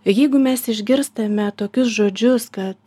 jeigu mes išgirstame tokius žodžius kad